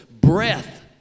breath